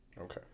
Okay